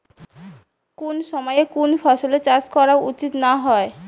কুন সময়ে কুন ফসলের চাষ করা উচিৎ না হয়?